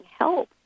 help